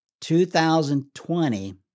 2020